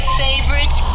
favorite